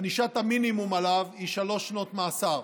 ענישת המינימום עליו היא שלוש שנות מאסר,